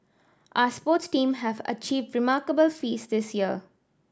our sports team have achieved remarkable feats this year